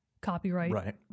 copyright